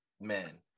Man